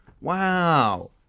Wow